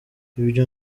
ibyo